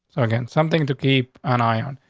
so again, something to keep on eye on,